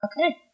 okay